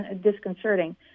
disconcerting